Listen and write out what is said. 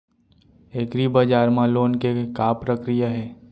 एग्रीबजार मा लोन के का प्रक्रिया हे?